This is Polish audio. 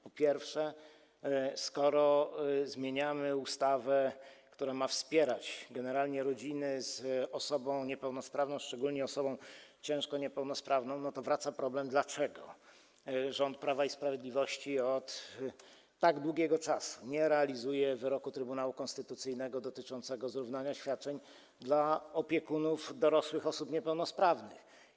Po pierwsze, skoro zmieniamy ustawę, która ma wspierać generalnie rodziny z osobą niepełnosprawną, szczególnie osobą ciężko niepełnosprawną, to wraca problem, dlaczego rząd Prawa i Sprawiedliwości od tak długiego czasu nie realizuje wyroku Trybunału Konstytucyjnego dotyczącego zrównania wysokości świadczeń dla opiekunów dorosłych osób niepełnosprawnych.